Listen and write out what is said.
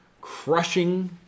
crushing